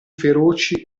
feroci